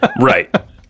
Right